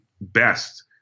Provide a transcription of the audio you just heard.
best